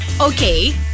Okay